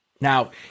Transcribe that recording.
Now